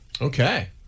Okay